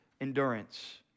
Endurance